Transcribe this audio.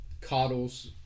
Coddles